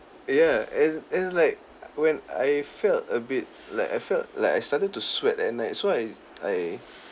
ya and and it's like when I felt a bit like I felt like I started to sweat at night so I I